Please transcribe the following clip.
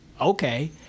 okay